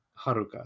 Haruka